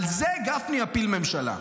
על זה גפני יפיל ממשלה,